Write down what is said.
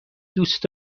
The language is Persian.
دوست